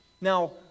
Now